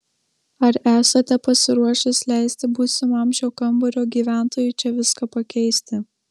ar esate pasiruošęs leisti būsimam šio kambario gyventojui čia viską pakeisti